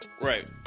Right